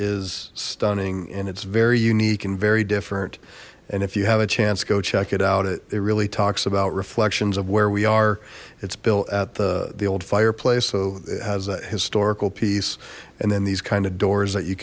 is stunning and it's very unique and very different and if you have a chance go check it out it really talks about reflections of where we are it's built at the the old fireplace so it has a historical piece and then these kind of doors that you